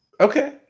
okay